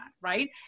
right